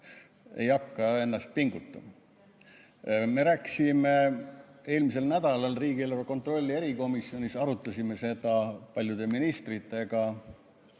ei hakka ennast pingutama. Eelmisel nädalal riigieelarve kontrolli erikomisjonis me arutasime seda paljude ministritega